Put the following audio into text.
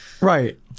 right